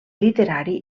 literari